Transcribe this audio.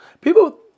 people